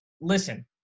listen